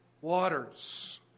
waters